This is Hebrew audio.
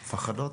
מפחדות.